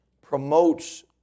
promotes